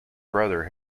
brother